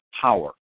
power